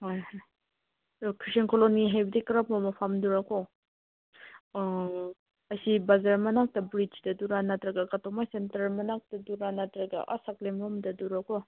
ꯍꯣꯏ ꯍꯣꯏ ꯑꯗꯣ ꯈ꯭ꯔꯤꯁꯇꯦꯟ ꯀꯣꯂꯣꯅꯤ ꯍꯥꯏꯕꯗꯤ ꯀꯔꯝꯕ ꯃꯐꯝꯗꯨꯔꯥꯀꯣ ꯑꯥ ꯑꯁꯤ ꯕꯥꯖꯥꯔ ꯃꯅꯥꯛꯇ ꯕ꯭ꯔꯤꯖꯇꯗꯨꯔꯥ ꯅꯠꯇ꯭ꯔꯒ ꯀꯇꯣꯃꯩ ꯁꯦꯟꯇꯔ ꯃꯅꯥꯛꯇꯗꯨꯔꯥ ꯅꯠꯇ꯭ꯔꯒ ꯑꯥ ꯁꯀ꯭ꯂꯦꯝ ꯍꯣꯝꯗꯗꯨꯔꯥꯀꯣ